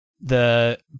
the-